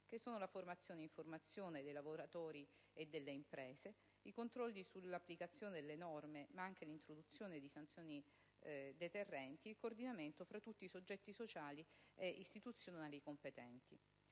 la formazione/informazione dei lavoratori e delle imprese; i controlli sull'applicazione delle norme ma anche l'introduzione di sanzioni deterrenti; il coordinamento fra tutti i soggetti sociali ed istituzionali competenti.